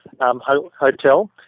Hotel